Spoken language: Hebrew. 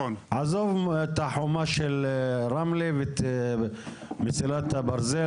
עזוב את החומה של רמלה ואת מסילת הברזל.